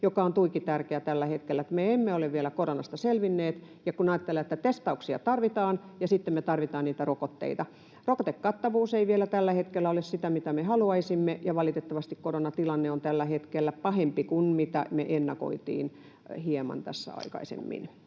Se on tuiki tärkeä tällä hetkellä. Me emme ole vielä koronasta selvinneet, testauksia tarvitaan, ja sitten me tarvitaan niitä rokotteita. Rokotekattavuus ei vielä tällä hetkellä ole sitä, mitä me haluaisimme, ja valitettavasti koronatilanne on tällä hetkellä pahempi kuin mitä me ennakoitiin hieman aikaisemmin,